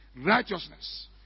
righteousness